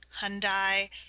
Hyundai